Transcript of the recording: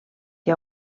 que